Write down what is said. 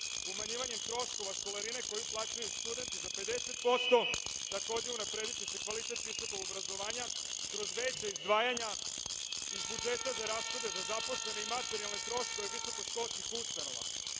umanjivanjem troškova školarine koji plaćaju studenti za 50%, takođe unaprediće se kvalitet visokog obrazovanja kroz veća izdvajanja iz budžeta za rashode za zaposlene i materijalne troškove visokoškolskih ustanova. Prvi